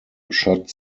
shot